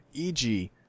EG